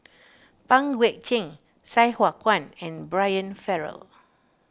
Pang Guek Cheng Sai Hua Kuan and Brian Farrell